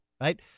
right